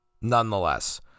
nonetheless